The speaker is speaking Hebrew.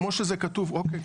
אוקיי.